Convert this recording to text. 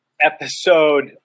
Episode